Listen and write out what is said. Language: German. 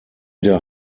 der